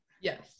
Yes